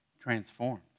transformed